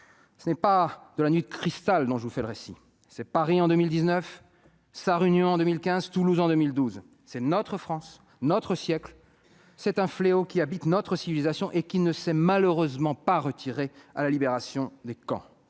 ce n'est pas de la Nuit de cristal que je vous fais le récit. Je vous parle de Paris en 2019, de Sarre-Union en 2015, de Toulouse en 2012. C'est notre France, notre siècle. Ce fléau qui habite notre civilisation ne s'est pas malheureusement pas éteint à la libération des camps.